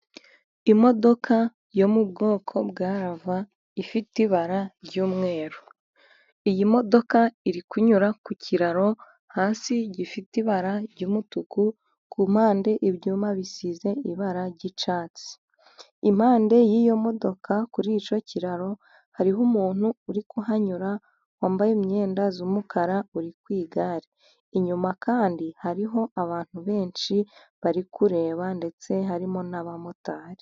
Imodoka yo mu bwoko bwa Rava ifite ibara ry'umweru. Iyi modoka iri kunyura ku kiraro hasi gifite ibara ry'umutuku, ku mpande ibyuma bisize ibara ry'icyatsi. Impande y'iyo modoka kuri icyo kiraro hariho umuntu uri kuhanyura, wambaye imyenda y'umukara uri ku igare. Inyuma kandi hariho abantu benshi bari kureba ndetse harimo n'abamotari.